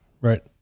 right